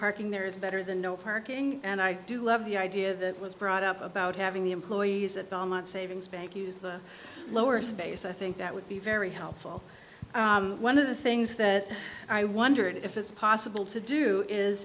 parking there is better than no parking and i do love the idea that was brought up about having the employees at belmont savings bank use the lower space i think that would be very helpful one of the things that i wondered if it's possible to do is